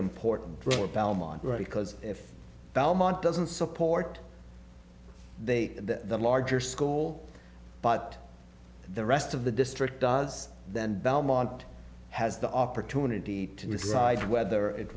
important for belmont right because if belmont doesn't support they the larger school but the rest of the district does then belmont has the opportunity to decide whether it